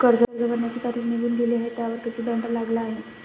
कर्ज भरण्याची तारीख निघून गेली आहे त्यावर किती दंड लागला आहे?